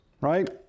right